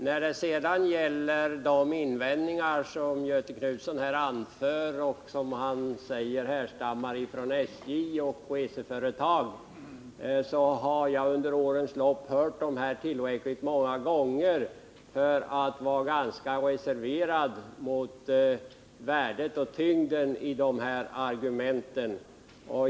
Göthe Knutson anför en del invändningar som, säger han, härstammar från SJ och andra reseföretag. Under årens lopp har jag hört dem tillräckligt många gånger för att vara ganska reserverad mot tyngden i sådana argument.